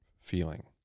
feeling